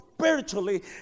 spiritually